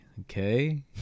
Okay